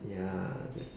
ya with